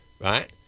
right